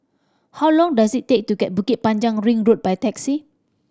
how long does it take to get to Bukit Panjang Ring Road by taxi